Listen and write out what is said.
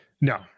No